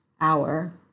hour